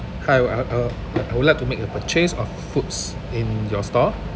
hi I I I I would like to make a purchase of foods in your store